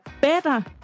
better